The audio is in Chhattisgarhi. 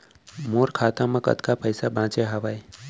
मोर खाता मा कतका पइसा बांचे हवय?